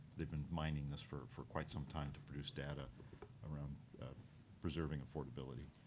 they've been mining this for for quite some time to produce data around preserving affordability.